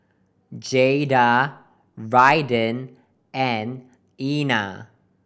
Jaeda Raiden and Ena